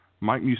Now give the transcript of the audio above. Mike